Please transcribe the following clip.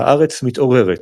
הארץ מתעוררת